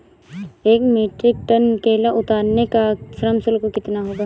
एक metric ton केला उतारने का श्रम शुल्क कितना होगा?